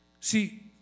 See